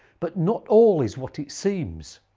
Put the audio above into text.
but not all is what it seems.